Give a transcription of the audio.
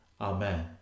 Amen